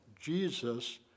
Jesus